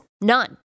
none